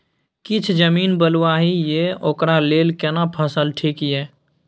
किछ जमीन बलुआही ये ओकरा लेल केना फसल ठीक ये?